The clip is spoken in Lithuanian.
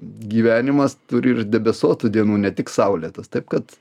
gyvenimas turi ir debesuotų dienų ne tik saulėtas taip kad